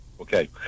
Okay